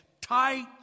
Tight